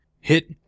hit